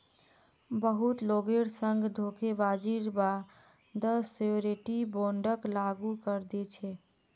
बहुत लोगेर संग धोखेबाजीर बा द श्योरटी बोंडक लागू करे दी छेक